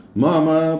mama